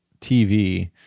TV